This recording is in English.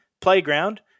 playground